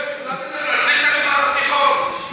אתם החלטתם להדליק את המזרח התיכון.